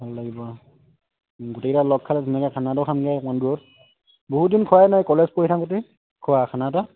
ভাল লাগিব অঁ গোটেইকেইটা লগ খালে ধুনীয়াকৈ খানাটো খামগৈ অকণমান দূৰত বহুত দিন খোৱাই নাই কলেজ পঢ়ি থাকোঁতেই খোৱা খানা এটা